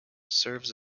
serves